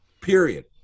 Period